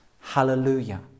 hallelujah